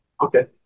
Okay